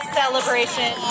celebration